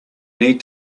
need